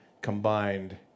combined